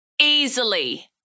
Easily